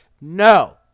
No